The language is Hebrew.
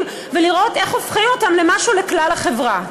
ולראות איך הופכים אותם למשהו לכלל החברה.